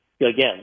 again